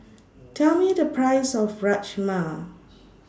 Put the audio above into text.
Tell Me The Price of Rajma